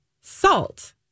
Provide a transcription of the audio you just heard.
salt